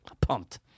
Pumped